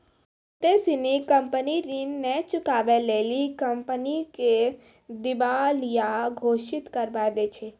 बहुते सिनी कंपनी ऋण नै चुकाबै लेली कंपनी के दिबालिया घोषित करबाय दै छै